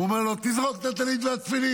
והוא אומר לו: זרוק את הטלית והתפילין,